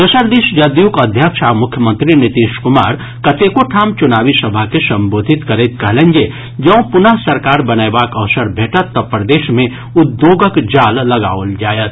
दोसर दिस जदयूक अध्यक्ष आ मुख्यमंत्री नीतीश कुमार कतेको ठाम चुनावी सभा के संबोधित करैत कहलनि जे जौं पुनः सरकार बनयबाक अवसर भेटत तऽ प्रदेश मे उद्योगक जाल लगाओल जायत